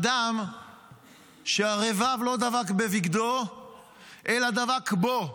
אדם שהרבב לא דבק בבגדו אלא דבק בו,